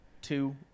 two